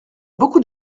beaucoup